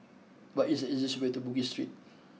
what is the easiest way to Bugis Street